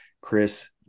Chris